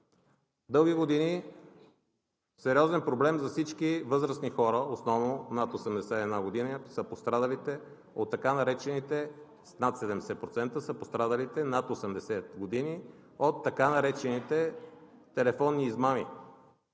Дълги години сериозен проблем за всички възрастни хора, основно над 81 години, са пострадалите от така наречените… Над 70% са пострадалите над 80 години от така наречените телефонни измами.